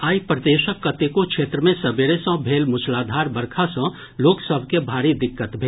आइ प्रदेशक कतेको क्षेत्र मे सबेरे सँ भेल मूसलाधार वर्षा सँ लोक सभ के भारी दिक्कत भेल